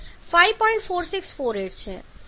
53 બને છે અને આ z 5